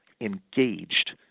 engaged